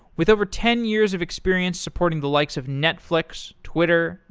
with over ten years of experience supporting the likes of netflix, twitter,